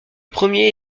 premier